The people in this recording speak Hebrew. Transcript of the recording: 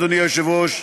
אדוני היושב-ראש,